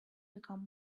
become